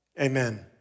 amen